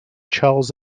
charles